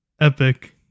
Epic